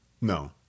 No